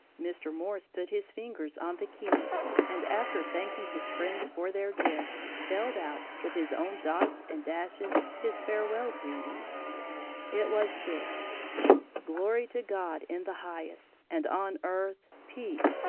mr. morse put his fingers on the keys, and after thanking his friends for their gift, spelled out, with his own dots and dashes, his farewell greeting it was this glory to god in the highest, and on earth peace,